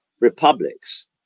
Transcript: republics